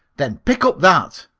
then pick up that,